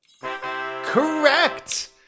Correct